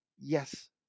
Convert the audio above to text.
Yes